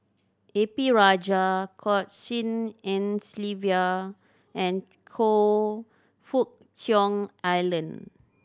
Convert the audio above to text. A P Rajah Goh Tshin En Sylvia and Choe Fook Cheong Alan